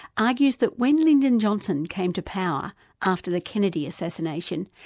argues that when lyndon johnson came to power after the kennedy assassination,